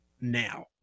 now